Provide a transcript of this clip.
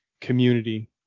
community